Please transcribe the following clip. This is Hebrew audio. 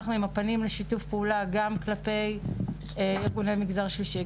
אנחנו עם הפנים לשיתוף פעולה גם כלפי ארגוני מגזר שלישי,